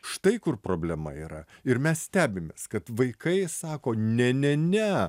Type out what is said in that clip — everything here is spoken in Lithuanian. štai kur problema yra ir mes stebimės kad vaikai sako ne ne ne